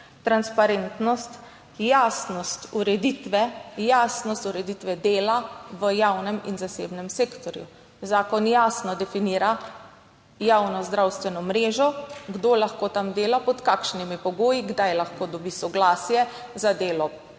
transparentnost, jasnost ureditve, jasnost ureditve dela v javnem in zasebnem sektorju. Zakon jasno definira javno zdravstveno mrežo, kdo lahko tam dela, pod kakšnimi pogoji, kdaj lahko dobi soglasje za delo